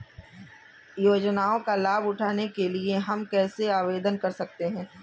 योजनाओं का लाभ उठाने के लिए हम कैसे आवेदन कर सकते हैं?